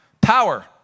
power